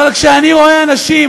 אבל כשאני רואה אנשים,